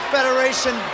Federation